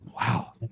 Wow